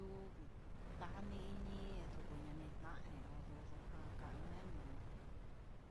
Nduu ndañi ini ñanijan ondodoja, jakana nujun